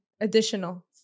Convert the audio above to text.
additional